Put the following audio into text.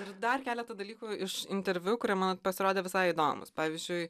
ir dar keletą dalykų iš interviu kurie man pasirodė visai įdomūs pavyzdžiui